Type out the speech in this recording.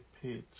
pitch